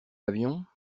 avion